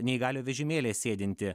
neįgaliojo vežimėlyje sėdinti